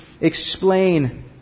explain